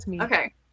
okay